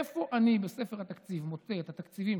איפה אני מוצא את התקציבים,